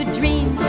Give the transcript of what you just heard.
dream